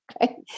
okay